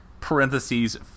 parentheses